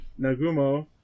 Nagumo